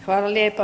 Hvala lijepa.